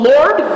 Lord